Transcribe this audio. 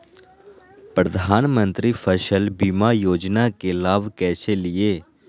प्रधानमंत्री फसल बीमा योजना के लाभ कैसे लिये?